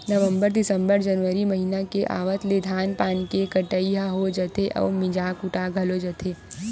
नवंबर, दिंसबर, जनवरी महिना के आवत ले धान पान के कटई ह हो जाथे अउ मिंजा कुटा घलोक जाथे